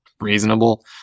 reasonable